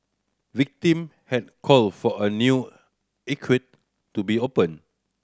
victim had called for a new to be opened